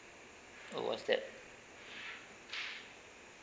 oh what's that